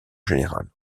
général